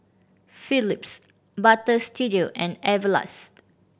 Phillips Butter Studio and Everlast